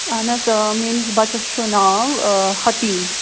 اَہَن حظ آ میٛٲنِس بَچَس چھُ ناو حَتیٖم